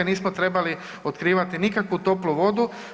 Nismo trebali otkrivati nikakvu toplu vodu.